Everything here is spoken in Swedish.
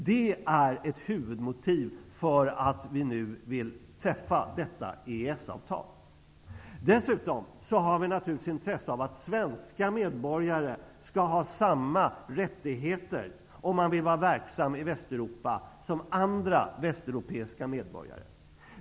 Det är ett av huvudmotiven för att vi nu vill träffa detta EES-avtal. Dessutom har vi naturligtvis intresse av att svenska medborgare skall ha samma rättigheter om man vill vara verksam i Västeuropa som andra västeuropeiska medborgare.